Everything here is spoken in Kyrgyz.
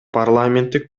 парламенттик